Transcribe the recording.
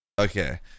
Okay